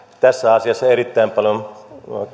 erittäin paljon